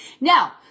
Now